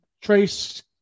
Trace